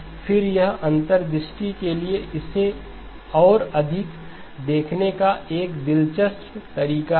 फिर यह अंतर्दृष्टि के लिए इसे और अधिक देखने का एक दिलचस्प तरीका है